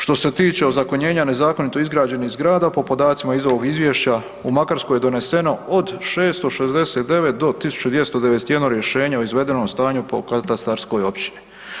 Što se tiče ozakonjenja nezakonito izgrađenih zgrada po podacima iz ovog izvješća u Makarskoj je doneseno od 669 do 1291 rješenje o izvedenom stanju po katastarskoj općini.